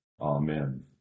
Amen